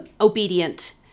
obedient